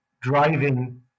driving